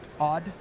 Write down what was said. odd